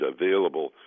available